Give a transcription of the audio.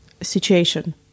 situation